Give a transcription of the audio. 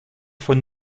von